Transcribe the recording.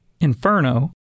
inferno